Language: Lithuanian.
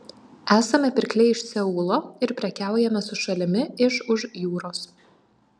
esame pirkliai iš seulo ir prekiaujame su šalimi iš už jūros